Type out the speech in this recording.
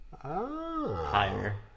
higher